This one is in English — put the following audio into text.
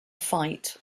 fight